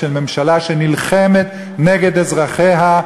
של ממשלה שנלחמת נגד אזרחיה,